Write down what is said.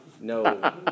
no